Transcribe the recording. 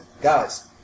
guys